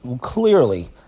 clearly